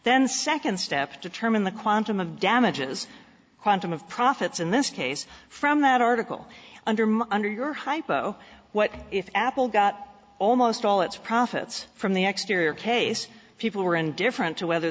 then second step determine the quantum of damages quantum of profits in this case from that article under my under your hypo what if apple got almost all its profits from the exteriors case people were indifferent to whether